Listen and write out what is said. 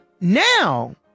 now